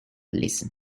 listen